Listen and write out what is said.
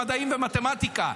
במדעים ומתמטיקה.